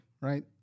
right